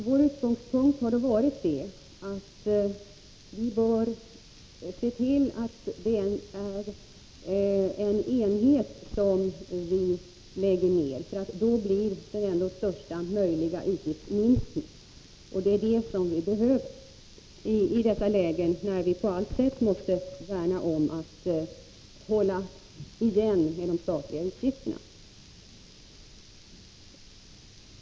Vår utgångspunkt har varit att vi bör se till att vi lägger ner en enhet, för då får vi den största möjliga utgiftsminskningen. Det är det vi behöver i detta läge då vi på allt sätt måste värna om principen att hålla tillbaka de statliga utgifterna.